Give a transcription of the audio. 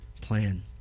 plan